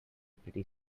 pretty